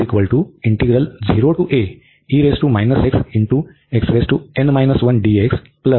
तर पुन्हा आपण आणि घेतले आहे